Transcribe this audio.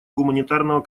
гуманитарного